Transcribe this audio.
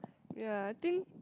ya I think